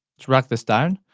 drag this down,